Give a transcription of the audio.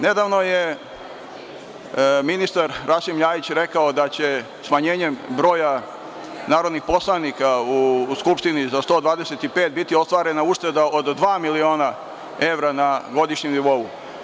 Nedavno je ministar Rasim Ljajić rekao da će smanjenjem broja narodnih poslanika u Skupštini za 125 biti ostvarena ušteda od dva miliona evra na godišnjem nivou.